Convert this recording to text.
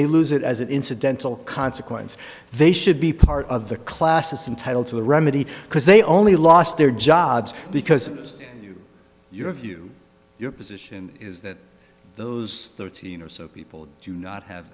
they lose it as an incidental consequence they should be part of the class system title to the remedy because they only lost their jobs because your view your position is that those thirteen or so people do not have